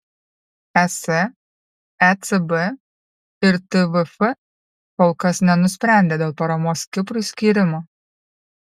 es ecb ir tvf kol kas nenusprendė dėl paramos kiprui skyrimo